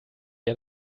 ihr